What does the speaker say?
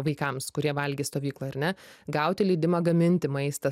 vaikams kurie valgys stovykloj ar ne gauti leidimą gaminti maistą